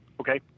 Okay